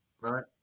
Right